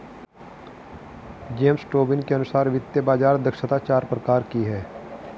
James Tobin के अनुसार वित्तीय बाज़ार दक्षता चार प्रकार की है